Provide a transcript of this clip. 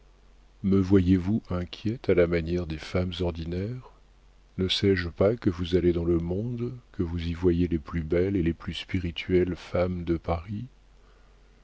me voyez-vous inquiète à la manière des femmes ordinaires ne sais-je pas que vous allez dans le monde que vous y voyez les plus belles et les plus spirituelles femmes de paris